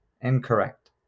incorrect